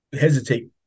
hesitate